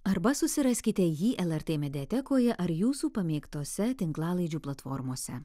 arba susiraskite jį lrt mediatekoje ar jūsų pamėgtose tinklalaidžių platformose